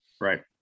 right